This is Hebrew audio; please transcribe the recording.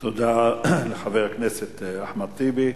תודה לחבר הכנסת אחמד טיבי.